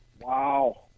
Wow